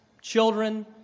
children